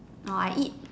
orh I eat